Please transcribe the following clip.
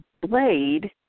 blade